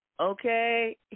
Okay